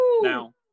now